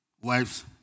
Wives